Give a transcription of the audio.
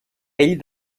ell